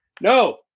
No